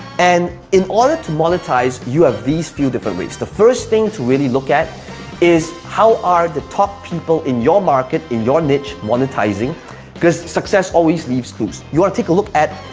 and in order to monetize, you have these few different ways. the first thing to really look at is how are the top people in your market in your niche monetizing because success always leaves clues. you wanna take a look at,